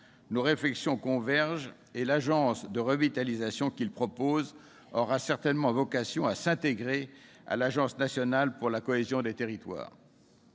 Nos réflexions convergent et l'agence de revitalisation qu'ils proposent aura certainement vocation à s'intégrer à l'Agence nationale pour la cohésion des territoires.